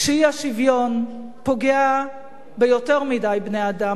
כשאי-שוויון פוגע ביותר מדי בני-אדם,